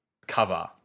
cover